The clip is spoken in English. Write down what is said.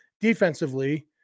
defensively